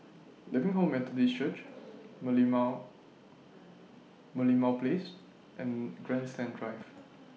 Living Hope Methodist Church Merlimau Merlimau Place and Grandstand Drive